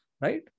Right